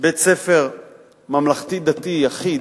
בית-ספר ממלכתי-דתי יחיד